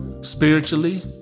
spiritually